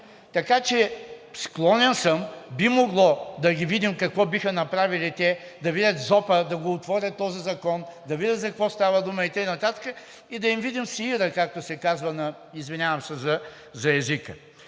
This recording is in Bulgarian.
Така че склонен съм, би могло да ги видим какво биха направили те, да видят ЗОП, да го отворят този закон, да видят за какво става дума и така нататък, и да им видим сеира, както се казва, извинявам се за езика.